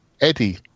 Eddie